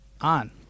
on